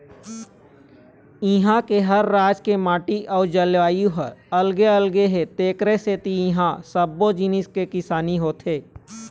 इहां के हर राज के माटी अउ जलवायु ह अलगे अलगे हे तेखरे सेती इहां सब्बो जिनिस के किसानी होथे